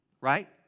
right